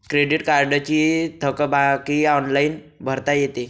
credit कार्डची थकबाकी online भरता येते